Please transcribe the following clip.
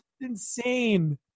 insane